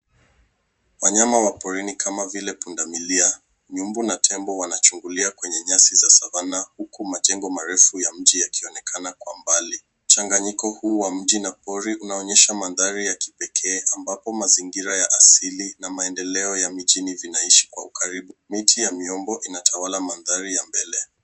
Wanyama wa porini kama vile pundamilia, nyumbu na tembo wanachungulia kwenye nyasi za savana, huku majengo marefu ya mji yakionekana kwa mbali, mchanganyiko huu wa mji na pori unaonyesha mandahari ya kipekee ambapo mazingira ya asili na maendeleo ya mijini vinaishi kwa ukaribu. Miti ya miombo inatwala mandhari ya mbele.